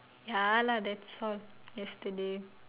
ya lah that's all yesterday